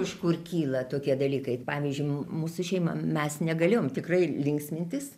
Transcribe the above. iš kur kyla tokie dalykai pavyzdžiui mūsų šeima mes negalėjom tikrai linksmintis